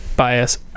Bias